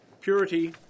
purity